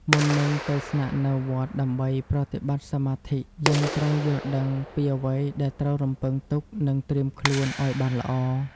មុននឹងទៅស្នាក់នៅវត្តដើម្បីប្រតិបត្តិសមាធិ យើងត្រូវយល់ដឹងពីអ្វីដែលត្រូវរំពឹងទុកនិងត្រៀមខ្លួនឱ្យបានល្អ។